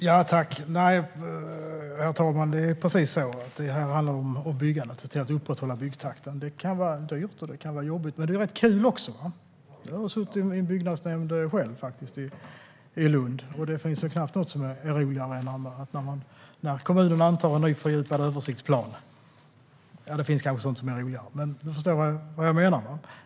Herr talman! Det är precis så att det handlar om att upprätthålla byggtakten. Det kan vara dyrt och jobbigt, men det är rätt kul också. Jag har själv suttit med i en byggnadsnämnd i Lund. Det finns knappast något som är roligare än när kommunen antar en ny fördjupad översiktsplan - det finns kanske sådant som är roligare, men ni förstår väl vad jag menar.